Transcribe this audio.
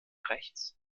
rechts